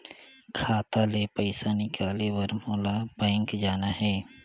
खाता ले पइसा निकाले बर मोला बैंक जाना हे?